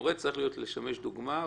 שמורה צריך לשמש דוגמה.